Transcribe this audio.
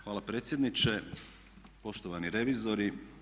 Hvala predsjedniče, poštovani revizori.